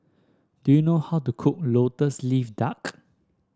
do you know how to cook lotus leaf duck